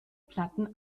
platten